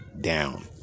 down